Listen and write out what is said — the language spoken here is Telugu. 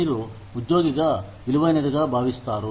మీరు ఉద్యోగిగా విలువైనదిగా భావిస్తారు